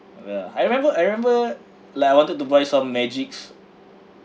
ya I remember I remember like I wanted to buy some magics